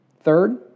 Third